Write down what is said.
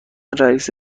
رئیس